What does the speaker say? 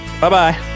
Bye-bye